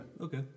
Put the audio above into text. Okay